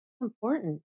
important